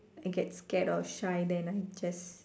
I get scared or shy then I just